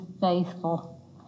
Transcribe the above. faithful